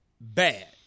bad